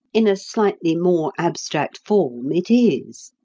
in a slightly more abstract form, it is.